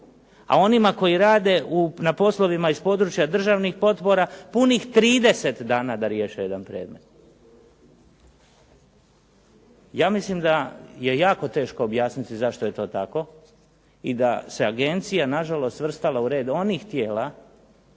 A onima koji rade na poslovima iz područja državnih potpora punih 30 dana da riješe jedan predmet. Ja mislim da je jako teško objasniti zašto je to tako i da se agencija na žalost svrstala u red onih tijela